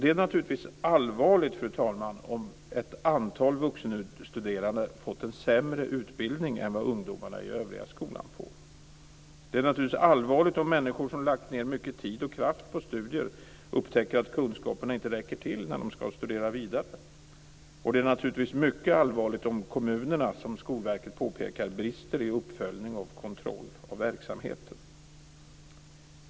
Det är naturligtvis allvarligt att ett antal vuxenstuderande fått en sämre utbildning än vad ungdomarna i övriga skolan får. Det är naturligtvis allvarligt om människor som lagt ned mycket tid och kraft på studier upptäcker att kunskaperna inte räcker till när de skall studera vidare. Det är naturligtvis mycket allvarligt om kommunerna, som Skolverket påpekar, brister i uppföljning och kontroll av verksamheten.